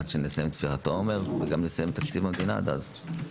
עד שנסיים את ספירת העומר וגם נסיים את תקציב המדינה עד אז.